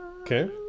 okay